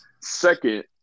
second